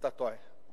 אתה טועה.